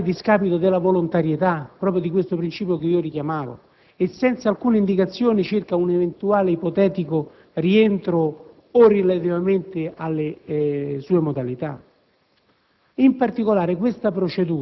alcun incentivo economico, a totale discapito proprio della volontarietà - questo principio che richiamavo - e senza alcuna indicazione circa un eventuale ipotetico rientro o relativamente alle sue modalità.